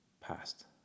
past